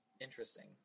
Interesting